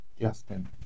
Justin